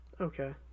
Okay